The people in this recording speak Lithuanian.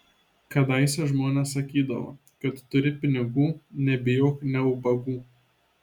kadaise žmonės sakydavo kad turi pinigų nebijok nė ubagų